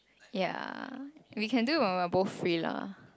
ya we can do when we are both free lah